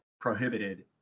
prohibited